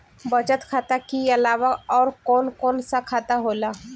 बचत खाता कि अलावा और कौन कौन सा खाता होला?